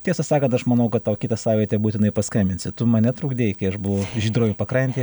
tiesą sakant aš manau kad tau kitą savaitę būtinai paskambinsiu tu mane trukdei kai aš buvau žydrojoj pakrantėj